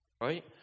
right